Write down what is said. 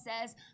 says